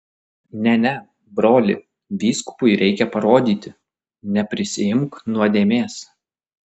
ne ne broli vyskupui reikia parodyti neprisiimk nuodėmės